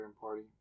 party